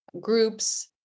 groups